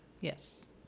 Yes